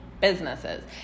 businesses